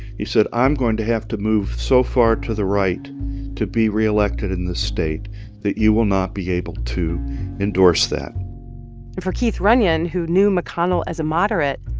said, i'm going to have to move so far to the right to be reelected in this state that you will not be able to endorse that and for keith runyon, who knew mcconnell as a moderate,